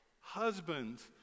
husbands